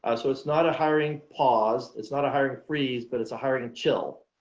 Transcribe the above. ah so it's not a hiring pause, it's not a hiring freeze, but it's a hiring and chill.